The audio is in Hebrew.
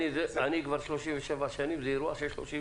זה גם עניין המקדמה שמשלמים